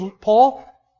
Paul